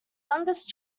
youngest